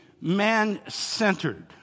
man-centered